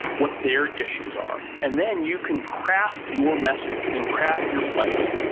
what their issues are. and then you can craft your message. you can craft your plan